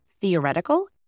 theoretical